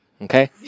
Okay